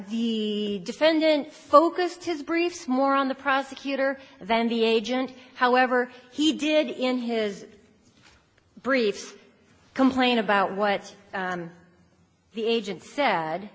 the defendant focused his briefs more on the prosecutor than the agent however he did in his briefs complain about what the agent sa